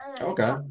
Okay